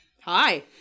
hi